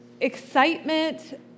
excitement